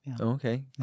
Okay